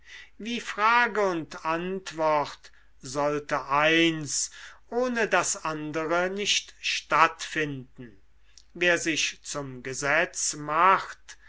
wie frage und antwort sollte eins ohne das andere nicht stattfinden wer sich zum gesetz macht